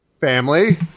Family